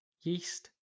yeast